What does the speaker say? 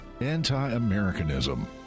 anti-Americanism